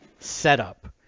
setup